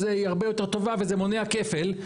היא הרבה יותר טובה וזה מונע כפל.